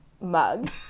Mugs